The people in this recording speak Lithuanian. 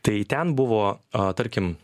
tai ten buvo tarkim